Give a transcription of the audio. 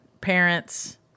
parents